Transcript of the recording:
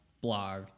blog